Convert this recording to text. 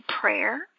prayer